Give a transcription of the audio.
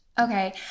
Okay